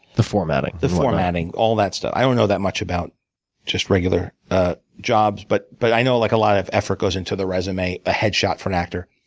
the formatting. the formatting. all that stuff. i don't know that much about just regular jobs, but but i know like a lot of effort goes into the resume, a headshot for an actor.